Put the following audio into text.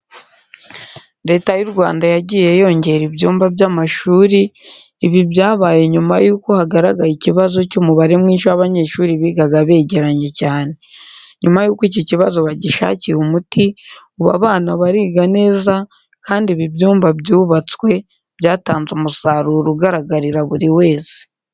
Leta y'u Rwanda yagiye yongera ibyumba by'amashuri, ibi byabaye nyuma yuko hagaragaye ikibazo cy'umubare mwinshi w'abanyeshuri bigaga begeranye cyane. Nyuma yuko iki kibazo bagishakiye umuti, ubu abana bariga neza kandi ibi byumba byubatswe byatanze umusaruro ugaragarira buri wese.